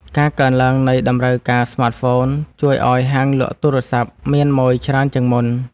ការកើនឡើងនៃតម្រូវការស្មាតហ្វូន ជួយឱ្យហាងលក់ទូរសព្ទមានម៉ូយច្រើនជាងមុន។